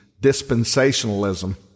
dispensationalism